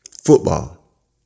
Football